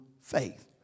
faith